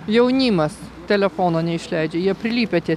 jaunimas telefono neišleidžia jie prilipę tie